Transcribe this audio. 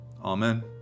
Amen